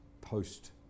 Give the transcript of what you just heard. post